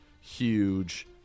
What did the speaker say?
huge